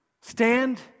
stand